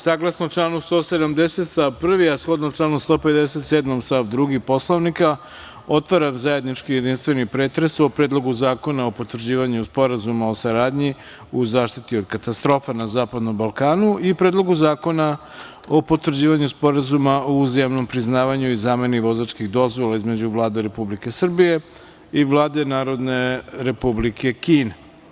Saglasno članu 170. stav 1. a shodno članu 157. stav 2. Poslovnika, otvaram zajednički jedinstveni pretres o Predlogu zakona o potvrđivanju Sporazuma o saradnji u zaštiti od katastrofa na Zapadnom Balkanu i Predlogu zakona o potvrđivanju Sporazuma o uzajamnom priznavanju i zameni vozačkih dozvola između Vlade Republike Srbije i Vlade Narodne Republike Kine.